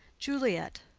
juliet,